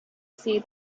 see